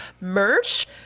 merch